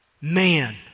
man